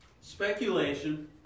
Speculation